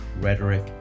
rhetoric